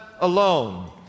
alone